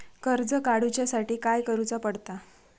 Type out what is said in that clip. कर्ज काडूच्या साठी काय करुचा पडता?